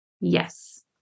Yes